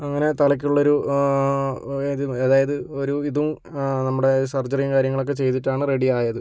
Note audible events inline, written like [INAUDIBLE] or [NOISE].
അങ്ങനെ തലക്കുള്ളൊരു [UNINTELLIGIBLE] അതായത് ഒരിതും നമ്മുടെ സർജ്ജറിയും കാര്യങ്ങളൊക്കെ ചെയ്തിട്ടാണ് റെഡി ആയത്